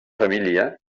família